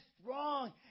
strong